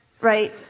right